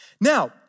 Now